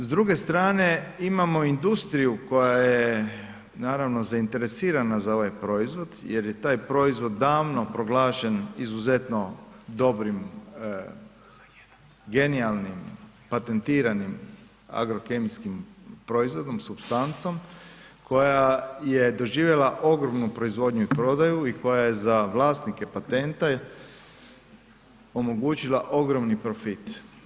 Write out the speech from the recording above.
S druge strane imamo industriju koja je, naravno zainteresirana za ovaj proizvod jer je taj proizvod davno proglašen izuzetno dobrim, genijalnim, patentiranim agrokemijskim proizvodom, supstancom, koja je doživjela ogromnu proizvodnju i prodaju i koja je za vlasnike patente omogućila ogromni profit.